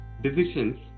decisions